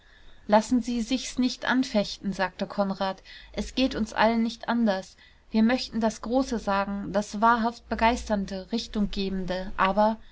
lassen sie sich's nicht anfechten sagte konrad es geht uns allen nicht anders wir möchten das große sagen das wahrhaft begeisternde richtunggebende aber